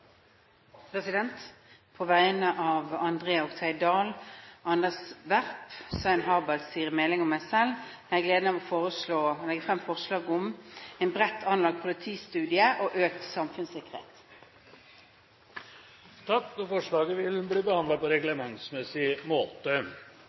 På vegne av André Oktay Dahl, Anders B. Werp, Svein Harberg, Siri A. Meling og meg selv har jeg gleden av å legge fram forslag om en bredt anlagt politistudie og økt samfunnssikkerhet. Representantforslaget vil bli behandlet på